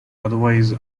otherwise